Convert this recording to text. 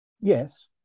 yes